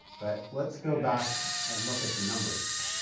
but let's go back and look at the numbers.